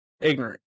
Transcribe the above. ignorant